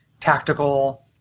tactical